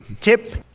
Tip